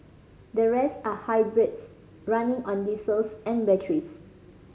the rest are hybrids running on diesels and batteries